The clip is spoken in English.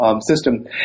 system